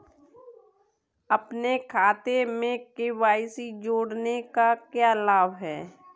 अपने खाते में के.वाई.सी जोड़ने का क्या लाभ है?